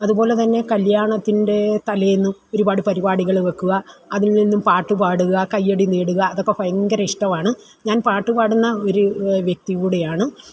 അതുപോലെ തന്നെ കല്യാണത്തിൻ്റെ തലേന്ന് ഒരുപാട് പരിപാടികൾ വെയ്ക്കുക അതിൽനിന്ന് പാട്ടുപാടുക കൈയ്യടി നേടുക അതൊക്കെ ഭയങ്കര ഇഷ്ടമാണ് ഞാൻ പാട്ടുപാടുന്ന ഒരു വ്യക്തികൂടെയാണ്